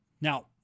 Now